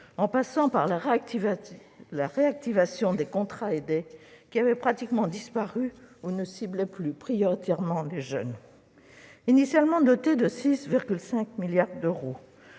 en passant par la réactivation de contrats aidés qui avaient pratiquement disparu ou qui ne ciblaient plus prioritairement les jeunes. Initialement doté de 6,5 milliards d'euros,